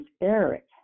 Eric